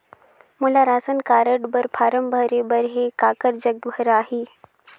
मोला ration card बर form भरे बर हे काकर जग भराही?